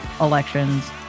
elections